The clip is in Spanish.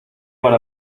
para